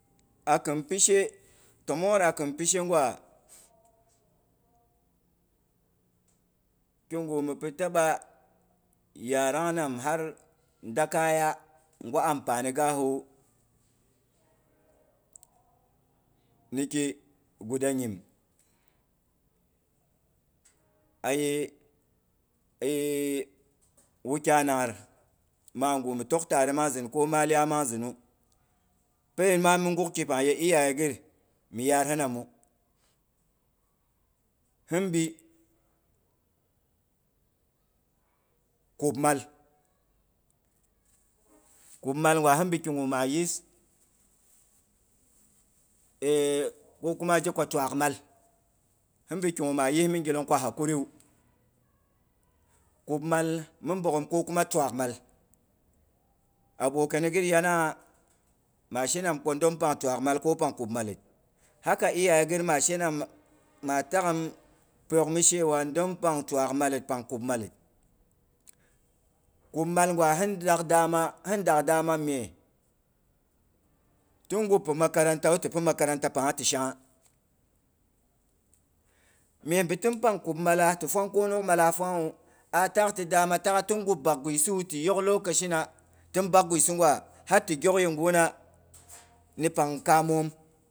Akin pishe tomongyer a kin pishegwa, kigu mi pi taba yarang nam, har dakaya gwa ampani gasawu niki guda nyim. A ye wukyainangir. Maagu mi tok tare nangzin, ko mai iyai nang zinu pen ma mi nguk kipang ye iyaye ghir mi yaar hi namu. Hin bi, kub mali kub mal gwa hinbi kigu ma yis e kokuma yɨ twakmal, ko kuma, ni gilong ma yi ko hakuriwu. Kubmal mi bogghom ko kuma twak mal. Abokane ghir yanangha maghe nam ko ndom pang twak mal, ko pang kub maller. Haka iyaye gir ma shenam ma tag'him pyok mi shewa ndom pang twak maler pang kub malit. Kubmal gwa hindak dama, hin dak dama mye, tin gub pi makarantawu tipi makaranta. Pangha ti shangha. Mye bi tin pang kubmala, ti fang khonok mala fangha wu a tak ti dama ta'kgha tin gum bak gwisi wu ti yok lokashina tin bak gwisi ngwa har ti gyok yeguna, ni pang kamom